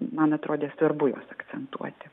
man atrodė svarbu juos akcentuoti